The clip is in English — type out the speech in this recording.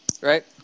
Right